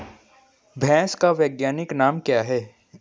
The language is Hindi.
भैंस का वैज्ञानिक नाम क्या है?